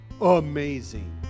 Amazing